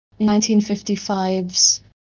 1955's